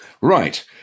Right